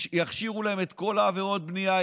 יכשירו להם את כל עבירות הבנייה,